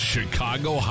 Chicago